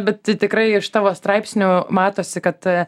bet tikrai iš tavo straipsnių matosi kad